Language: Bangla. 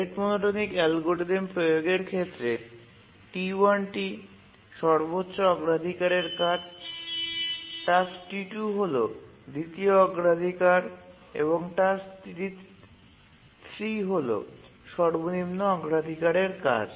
রেট মনোটোনিক অ্যালগরিদম প্রয়োগের ক্ষেত্রে T1 টি সর্বোচ্চ অগ্রাধিকারের কাজ টাস্ক T2 হল দ্বিতীয় অগ্রাধিকার এবং টাস্ক T3 হল সর্বনিম্ন অগ্রাধিকারের কাজ